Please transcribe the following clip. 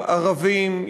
ערבים,